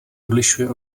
odlišuje